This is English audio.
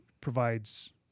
provides